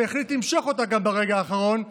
והחליט למשוך אותה גם ברגע האחרון,